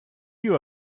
you